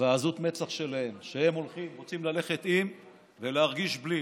הם רוצים ללכת עם ולהרגיש בלי.